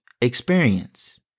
experience